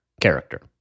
character